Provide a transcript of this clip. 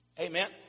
Amen